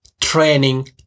training